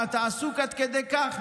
מה, אתה עסוק עד כדי כך?